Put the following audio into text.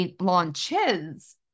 launches